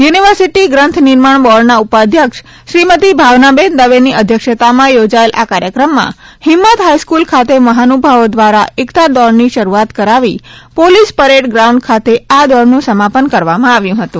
university ગ્રંથનિર્માણ બોર્ડના ઉપાધ્યક્ષ શ્રીમતિ ભાવનાબેન દવેની અધ્યક્ષતામાં યોજાયેલ આ કાર્યક્રમમાં હિંમત હાઇસ્કૂલ ખાતે મહાનુભવો દ્રારા એકતા દોડની શરૂઆત કરાવી પોલીસ પરેડ ગ્રાઉન્ડ ખાતે આ દોડનુ સમાપન કરવામાં આવ્યું હતું